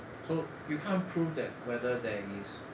so you can't prove that whether there is